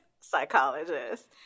psychologist